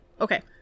okay